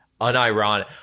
Unironic